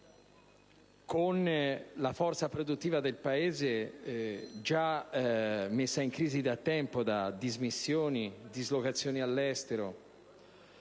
con la forza produttiva del Paese già messa in crisi da tempo da dismissioni, dislocazioni all'estero,